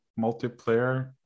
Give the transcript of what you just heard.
multiplayer